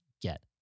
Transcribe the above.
get